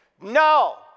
no